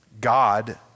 God